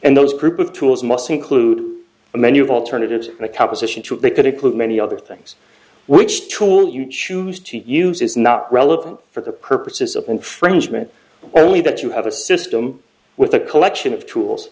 and those group of tools must include a menu of alternatives and a composition to it they could include many other things which tool you choose to use is not relevant for the purposes of infringement only that you have a system with a collection of tools